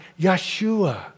Yeshua